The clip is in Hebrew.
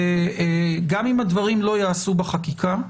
וגם אם הדברים לא ייעשו בחקיקה,